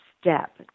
step